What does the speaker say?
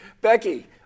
Becky